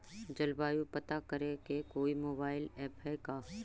जलवायु पता करे के कोइ मोबाईल ऐप है का?